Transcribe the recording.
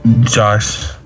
Josh